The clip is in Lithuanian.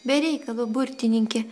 be reikalo burtininke